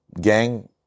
gang